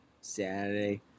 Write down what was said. Saturday